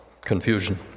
confusion